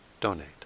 donate